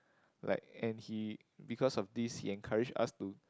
like and he because of this he encourage us to